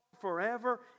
forever